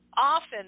Often